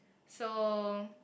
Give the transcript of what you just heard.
so